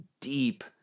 deep